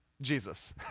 Jesus